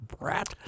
brat